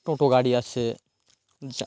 টোটো গাড়ি আছে যা